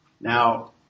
Now